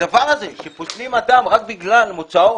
הדבר הזה שפוסלים אדם רק בגלל מוצאו,